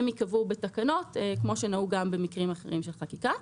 הם ייקבעו בתקנות כמו שנהוג גם במקרים אחרים של חקיקה.